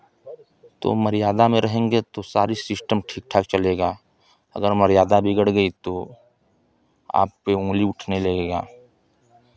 तो मर्यादा में रहेंगे तो सारी सिस्टम ठीक ठाक चलेगा अगर मर्यादा बिगड़ गई तो आप पे उंगली उठने लगेगा